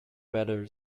better